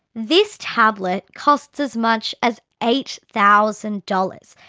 this tablet costs as much as eight thousand dollars,